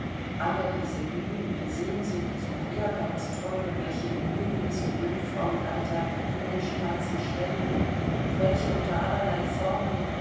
all diese glühenden sehnsuchts und ehrgeizträume welche im jünglings und jungfrauenalter die menschenherzen schwellen und welche unter allerlei formen